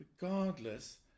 regardless